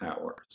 hours